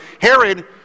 Herod